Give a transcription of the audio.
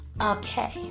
Okay